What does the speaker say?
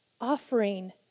offering